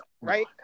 right